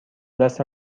دست